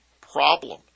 problem